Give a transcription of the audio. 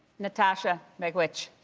natasha, miigwetch.